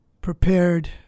prepared